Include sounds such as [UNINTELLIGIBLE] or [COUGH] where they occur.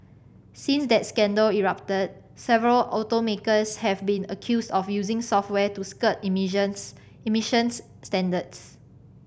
since that scandal erupted several automakers have been accused of using software to skirt [UNINTELLIGIBLE] emissions standards